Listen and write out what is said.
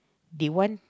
they want